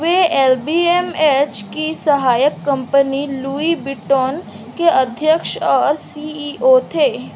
वे L V M H की सहायक company Louis Vuitton के अध्यक्ष और सी ई ओ थे